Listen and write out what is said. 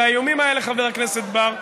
והאיומים האלה, חבר הכנסת בר,